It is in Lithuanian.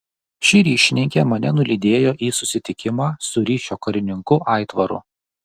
ši ryšininkė mane nulydėjo į susitikimą su ryšio karininku aitvaru